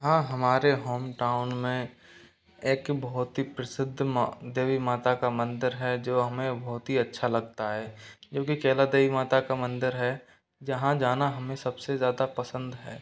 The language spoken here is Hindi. हाँ हमारे होम टाउन में एक बहुत ही प्रसिद्ध माँ देवी माता का मंदिर है जो हमें बहुत ही अच्छा लगता है क्योंकि कैला देवी माता का मंदिर है जहाँ जाना हमें सबसे ज़्यादा पसंद है